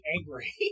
angry